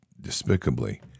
despicably